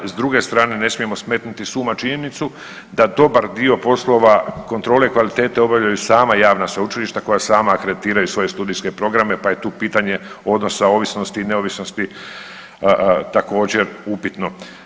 S druge strane ne smijemo smetnuti s uma činjenicu da dobar dio poslova kontrole kvalitete obavljaju sama javna sveučilišta koja sama akreditiraju svoje studijske programe pa je tu pitanje odnosa ovisnosti i neovisnosti također upitno.